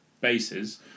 bases